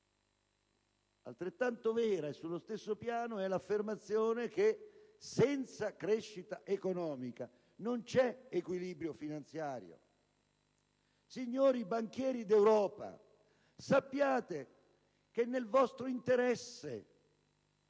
altrettanto vera e sullo stesso piano l'affermazione che, senza crescita economica, non c'è equilibrio finanziario. Signori banchieri d'Europa, è nel vostro interesse